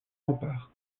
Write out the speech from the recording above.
remparts